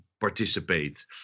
participate